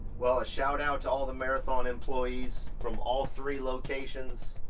well, ah shout out to all the marathon employees from all three locations